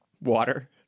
water